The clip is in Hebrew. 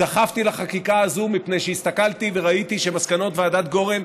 דחפתי לחקיקה הזו מפני שהסתכלתי וראיתי שמסקנות ועדת גורן,